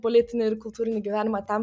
politinį ir kultūrinį gyvenimą ten